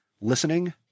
listening